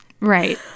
Right